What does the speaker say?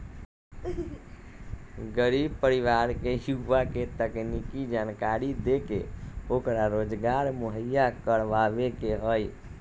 गरीब परिवार के युवा के तकनीकी जानकरी देके ओकरा रोजगार मुहैया करवावे के हई